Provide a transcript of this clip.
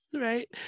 right